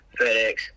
FedEx